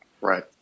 right